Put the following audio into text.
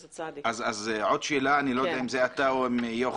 אז עוד שאלה, אני לא יודע אם זה אתה או יוכי,